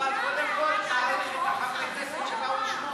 יובל, קודם כול תעריך את חברי הכנסת שבאו לשמוע.